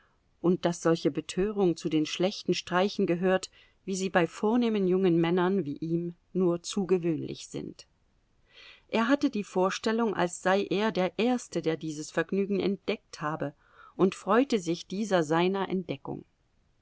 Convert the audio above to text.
und daß solche betörung zu den schlechten streichen gehört wie sie bei vornehmen jungen männern wie ihm nur zu gewöhnlich sind er hatte die vorstellung als sei er der erste der dieses vergnügen entdeckt habe und freute sich dieser seiner entdeckung